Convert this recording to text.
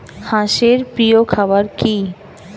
হাঁস এর প্রিয় খাবার কি?